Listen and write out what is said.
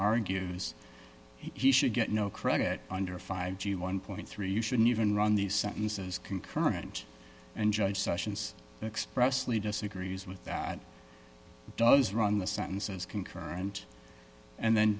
argues he should get no credit under five g one point three you shouldn't even run the sentences concurrent and judge sessions expressly disagrees with that it does run the sentences concurrent and then